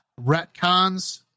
retcons